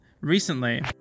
recently